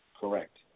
Correct